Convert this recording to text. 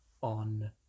on